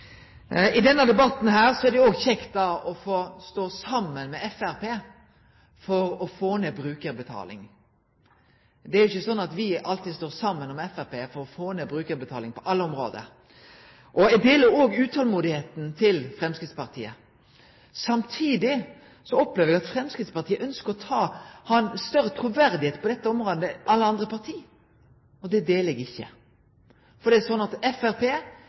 I denne debatten er det òg kjekt å få stå saman med Framstegspartiet for å få ned brukarbetaling, for det er ikkje slik at me alltid står saman med Framstegspartiet for å få ned brukarbetaling på alle område. Eg delar òg utolmodet til Framstegspartiet. Samtidig opplever eg at Framstegspartiet ønskjer å ha større truverde på dette område enn alle andre parti, og det er eg ikkje einig i. For det er slik at